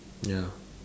ya